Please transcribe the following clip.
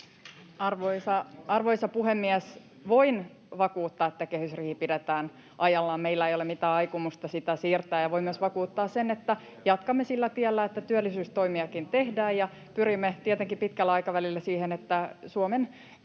Arvoisa puhemies! Voin vakuuttaa, että kehysriihi pidetään ajallaan. Meillä ei ole mitään aikomusta sitä siirtää. Ja voin myös vakuuttaa sen, että jatkamme sillä tiellä, että työllisyystoimiakin tehdään ja pyrimme tietenkin pitkällä aikavälillä siihen, että Suomen talous,